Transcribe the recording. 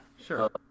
Sure